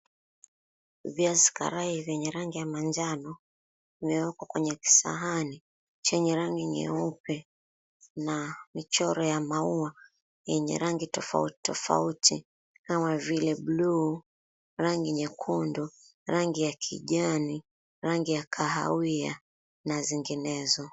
Viazi karai vyenye rangi ya manjano, imewekwa kwenye kisahani chenye rangi nyeupe na michoro ya maua enhe rangi tofauti tofauti kote. Kama vile bluu ,rangi nyekundu, rangi ya kijani, rangi ya kahawia na zinginezo